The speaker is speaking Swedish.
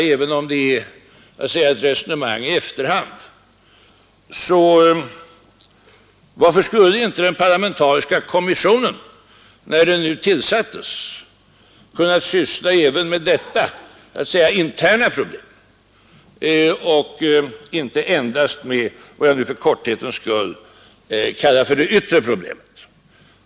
Även om det är ett resonemang i efterhand vill jag fråga: Varför skulle inte, för det andra, den parlamentariska kommissionen när den nu tillsattes kunna syssla även med detta så att säga interna problem och inte endast med vad jag nu för korthetens skull kallar det yttre problemet?